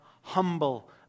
humble